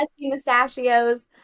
mustachios